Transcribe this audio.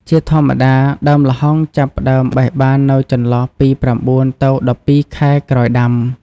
ជាធម្មតា ដើមល្ហុងចាប់ផ្ដើមបេះបាននៅចន្លោះពី ៩ ទៅ ១២ ខែក្រោយដាំ។